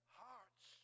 hearts